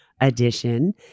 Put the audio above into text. edition